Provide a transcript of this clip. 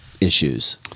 issues